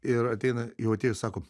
ir ateina jau atėjus sako